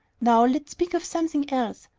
now let's speak of something else.